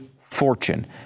fortune